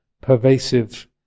pervasive